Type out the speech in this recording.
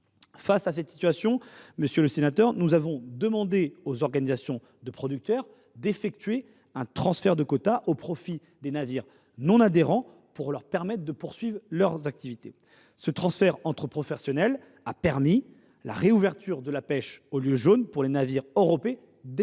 Face à cette situation, le Gouvernement a demandé aux organisations de producteurs d’effectuer un transfert de quotas au profit des navires non adhérents pour permettre à ces derniers de poursuivre leurs activités. Ce transfert entre professionnels a permis la réouverture de la pêche au lieu jaune pour les navires n’appartenant